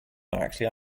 actually